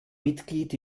mitglied